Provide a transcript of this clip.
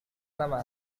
nama